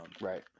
Right